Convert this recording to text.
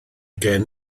gen